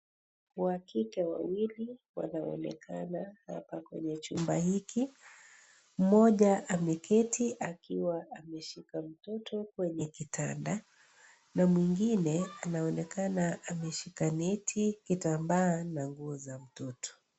Wakike wawili wanaonekana hapa kwenye chumba hiki. Mmoja ameketi akiwa amesha mtoto kitandani na mwingine amesimama akiwa ameshika neti na nguo za mtoto.